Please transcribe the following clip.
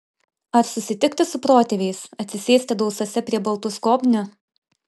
ar susitikti su protėviais atsisėsti dausose prie baltų skobnių